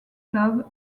club